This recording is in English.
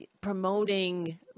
promoting